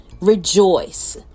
rejoice